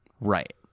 Right